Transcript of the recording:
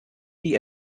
die